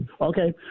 Okay